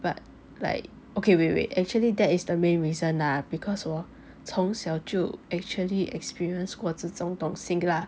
but like okay wait wait actually that is the main reason ah because 我从小就 actually experience 过这种东西 lah